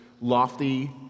lofty